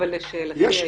אבל לשאלתי,